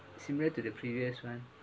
similar to the previous [one]